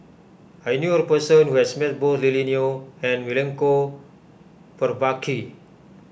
I knew a person who has met both Lily Neo and Milenko Prvacki